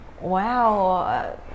Wow